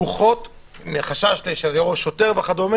מחשש שיבוא שוטר וכו',